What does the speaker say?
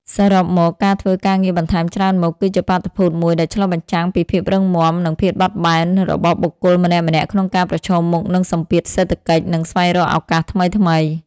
សរុបមកការធ្វើការងារបន្ថែមច្រើនមុខ គឺជាបាតុភូតមួយដែលឆ្លុះបញ្ចាំងពីភាពរឹងមាំ និងភាពបត់បែនរបស់បុគ្គលម្នាក់ៗក្នុងការប្រឈមមុខនឹងសម្ពាធសេដ្ឋកិច្ច និងស្វែងរកឱកាសថ្មីៗ។